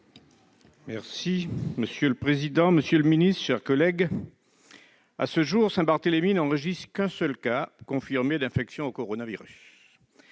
Magras. Monsieur le président, monsieur le ministre, mes chers collègues, à ce jour, Saint-Barthélemy n'enregistre qu'un seul cas confirmé d'infection au coronavirus.